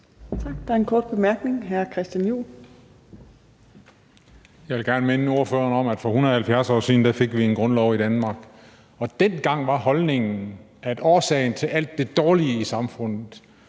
Jeg vil gerne minde ordføreren om, at for 170 år siden fik vi en grundlov i Danmark, og dengang var holdningen, at årsagen til alt det dårlige i samfundet